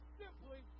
simply